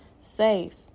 safe